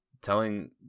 Telling